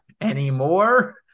anymore